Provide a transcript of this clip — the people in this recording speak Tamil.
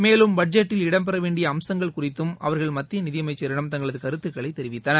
மேலும் பட்ஜெட்டில் இடம்பெற வேண்டிய அம்சங்கள் மத்திய குறித்தும் அவர்கள் நிதியமைச்சரிடம் தங்களது கருத்துக்களை தெரிவித்தனர்